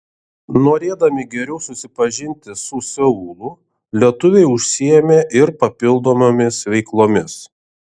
norėdami geriau susipažinti su seulu lietuviai užsiėmė ir papildomomis veiklomis